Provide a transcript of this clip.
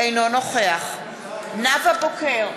אינו נוכח נאוה בוקר,